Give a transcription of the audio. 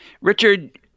Richard